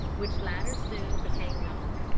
which latter soon became known.